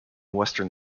western